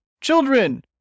children